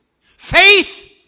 faith